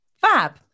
Fab